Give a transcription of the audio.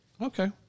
Okay